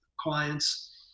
clients